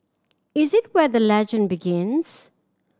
it is where the legend begins